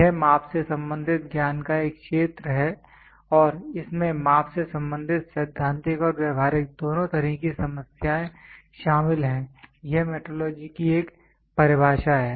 यह माप से संबंधित ज्ञान का एक क्षेत्र है और इसमें माप से संबंधित सैद्धांतिक और व्यावहारिक दोनों तरह की समस्याएं शामिल हैं यह मेट्रोलॉजी की एक परिभाषा है